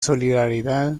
solidaridad